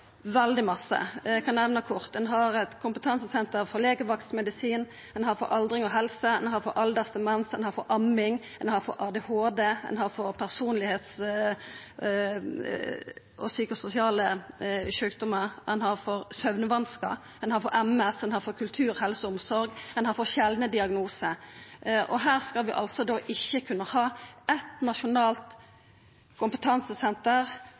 veldig mykje. Eg kan nemna kort at ein har kompetansesenter for legevaktmedisin, for aldring og helse og aldersdemens, for amming, for ADHD, for personlegdomspsykiatri og psykososiale sjukdomar, for søvnvanskar, for MS, for kultur, helse og omsorg, og for sjeldne diagnosar. Og her skal vi altså ikkje kunna ha eit nasjonalt kompetansesenter